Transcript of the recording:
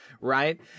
Right